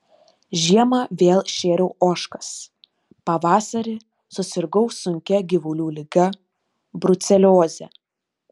žiemą vėl šėriau ožkas pavasarį susirgau sunkia gyvulių liga brucelioze